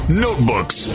Notebooks